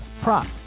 prop